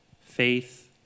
faith